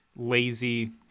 lazy